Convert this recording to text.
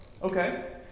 Okay